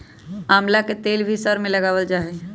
आमला के तेल भी सर में लगावल जा हई